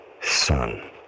son